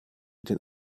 den